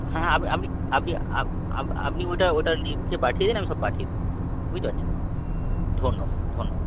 হ্যাঁ হ্যাঁ আপ আপনি আপনি আব আব আপনি ওইটা ওইটা লিখে পাঠিয়ে দিন আমি সব পাঠিয়ে দেবো বুঝতে পারছেন ধন্য ধন্যবাদ